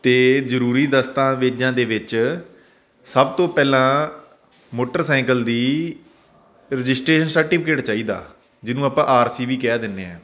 ਅਤੇ ਜ਼ਰੂਰੀ ਦਸਤਾਵੇਜ਼ਾਂ ਦੇ ਵਿੱਚ ਸਭ ਤੋਂ ਪਹਿਲਾਂ ਮੋਟਰਸਾਈਕਲ ਦੀ ਰਜਿਸਟਰੇਸ਼ਨ ਸਰਟੀਫਿਕੇਟ ਚਾਹੀਦਾ ਜਿਹਨੂੰ ਆਪਾਂ ਆਰ ਸੀ ਵੀ ਕਹਿ ਦਿੰਦੇ ਹਾਂ